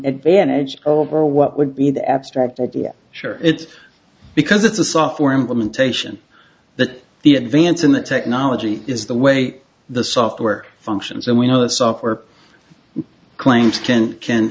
advantage over what would be the abstract idea sure it's because it's a software implementation that the advance in the technology is the way the software functions and we know the software claims ten